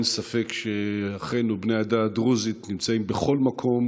אין ספק שאחינו בני העדה הדרוזית נמצאים בכל מקום,